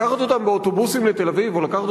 לקחת אותם באוטובוסים לתל-אביב או לקחת